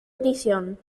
prisión